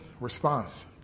response